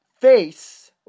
face